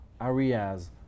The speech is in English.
areas